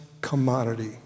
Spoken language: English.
commodity